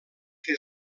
que